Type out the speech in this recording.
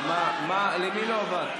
למי לא עבד?